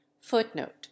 FOOTNOTE